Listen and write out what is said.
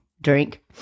Drink